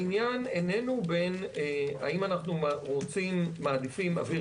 העניין איננו בין האם אנחנו מעדיפים אוויר